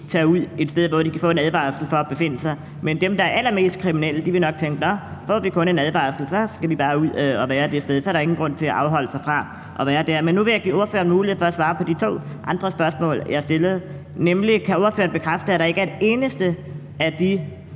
tage ud et sted, hvor de kan få en advarsel for at befinde sig, men dem, der er allermest kriminelle, vil nok tænke: Nå, får vi kun en advarsel, så skal vi bare ud og være på det sted; så er der ingen grund til at afholde sig fra at være der. Men nu vil jeg give ordføreren mulighed for at svare på de to andre spørgsmål, jeg stillede, nemlig: Kan ordføreren bekræfte, at der ikke er et eneste af de